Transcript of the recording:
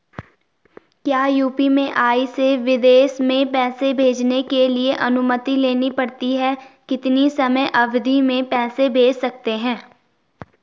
क्या यु.पी.आई से विदेश में पैसे भेजने के लिए अनुमति लेनी पड़ती है कितने समयावधि में पैसे भेज सकते हैं?